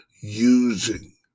using